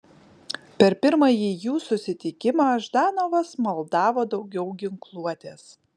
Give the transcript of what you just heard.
per pirmąjį jų susitikimą ždanovas maldavo daugiau ginkluotės